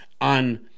on